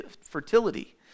fertility